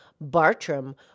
Bartram